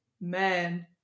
man